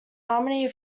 harmony